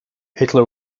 hitler